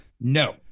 No